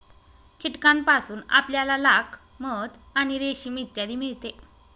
कीटकांपासून आपल्याला लाख, मध आणि रेशीम इत्यादी मिळते